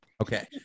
okay